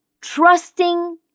trusting